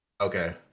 Okay